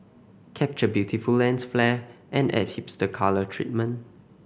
capture beautiful lens flare and add hipster colour treatment